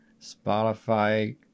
Spotify